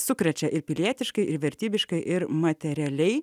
sukrečia ir pilietiškai ir vertybiškai ir materialiai